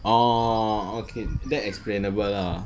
orh okay that's explainable lah